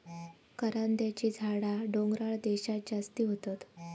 करांद्याची झाडा डोंगराळ देशांत जास्ती होतत